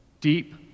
deep